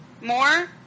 more